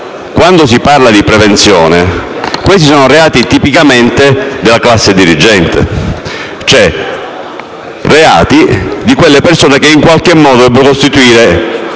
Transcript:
quando si parla di prevenzione, questi sono reati tipici della classe dirigente, ovvero reati di quelle persone che in qualche modo dovrebbero costituire